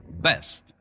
best